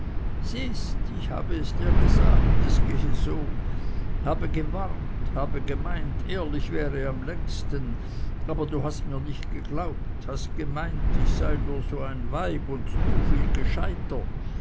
ich habe es dir gesagt es gehe so habe gewarnt habe gemeint ehrlich währe am längsten aber du hast mir nicht geglaubt hast gemeint ich sei nur so ein weib und du viel gescheiter